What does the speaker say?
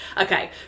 Okay